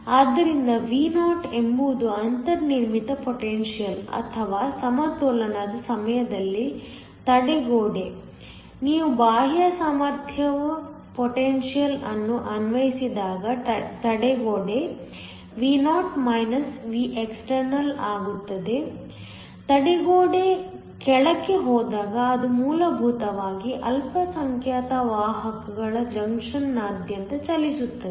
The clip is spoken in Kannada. ಆದ್ದರಿಂದ Vo ಎಂಬುದು ಅಂತರ್ನಿರ್ಮಿತ ಪೊಟೆನ್ಟ್ರಿಯಲ್ ಅಥವಾ ಸಮತೋಲನದ ಸಮಯದಲ್ಲಿ ತಡೆಗೋಡೆ ನೀವು ಬಾಹ್ಯ ಸಾಮರ್ಥ್ಯವ ಪೊಟೆನ್ಟ್ರಿಯಲ್ ಅನ್ನು ಅನ್ವಯಿಸಿದಾಗ ತಡೆಗೋಡೆ Vo Vexternal ಆಗುತ್ತದೆ ತಡೆಗೋಡೆ ಕೆಳಕ್ಕೆ ಹೋದಾಗ ಅದು ಮೂಲಭೂತವಾಗಿ ಅಲ್ಪಸಂಖ್ಯಾತ ವಾಹಕಗಳು ಜಂಕ್ಷನ್ನಾದ್ಯಂತ ಚಲಿಸುತ್ತದೆ